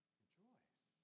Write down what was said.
rejoice